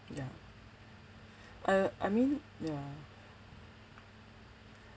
ya I I mean ya